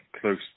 close